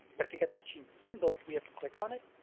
but to get the gene symbol we have to click on it,